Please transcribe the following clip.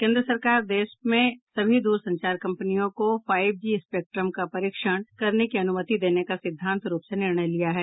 केन्द्र सरकार देश में सभी द्रसंचार कंपनियों को फाइव जी स्पेक्ट्रम का परीक्षण करने की अनुमति देने का सिद्धांत रूप से निर्णय लिया है